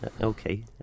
Okay